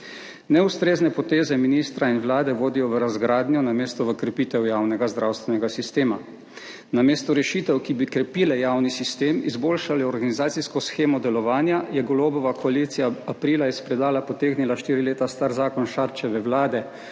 Neustrezne poteze ministra in vlade vodijo v razgradnjo namesto v krepitev javnega zdravstvenega sistema. Namesto rešitev, ki bi krepile javni sistem, izboljšali organizacijsko shemo delovanja, je Golobova koalicija aprila iz predala potegnila štiri leta star zakon Šarčeve vlade